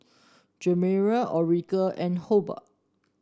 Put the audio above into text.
Jeremiah Orelia and Hobart